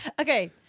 Okay